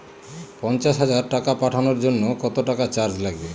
পণ্চাশ হাজার টাকা পাঠানোর জন্য কত টাকা চার্জ লাগবে?